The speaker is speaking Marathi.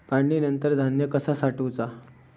काढणीनंतर धान्य कसा साठवुचा?